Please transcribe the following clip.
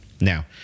Now